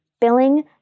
billing